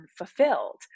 unfulfilled